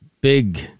big